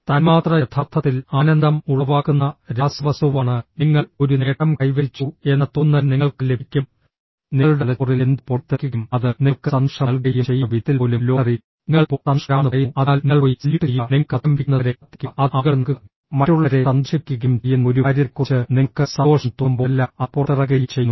തന്മാത്ര യഥാർത്ഥത്തിൽ ആനന്ദം ഉളവാക്കുന്ന രാസവസ്തുവാണ് നിങ്ങൾ ഒരു നേട്ടം കൈവരിച്ചു എന്ന തോന്നൽ നിങ്ങൾക്ക് ലഭിക്കും നിങ്ങളുടെ തലച്ചോറിൽ എന്തോ പൊട്ടിത്തെറിക്കുകയും അത് നിങ്ങൾക്ക് സന്തോഷം നൽകുകയും ചെയ്യുന്ന വിധത്തിൽ പോലും ലോട്ടറി നിങ്ങൾ ഇപ്പോൾ സന്തുഷ്ടരാണെന്ന് പറയുന്നു അതിനാൽ നിങ്ങൾ പോയി സല്യൂട്ട് ചെയ്യുക നിങ്ങൾക്ക് മധുരം ലഭിക്കുന്നതുവരെ കാത്തിരിക്കുക അത് ആളുകൾക്ക് നൽകുക മറ്റുള്ളവരെ സന്തോഷിപ്പിക്കുകയും ചെയ്യുന്ന ഒരു കാര്യത്തെക്കുറിച്ച് നിങ്ങൾക്ക് സന്തോഷം തോന്നുമ്പോഴെല്ലാം അത് പുറത്തിറങ്ങുകയും ചെയ്യുന്നു